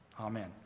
Amen